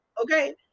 Okay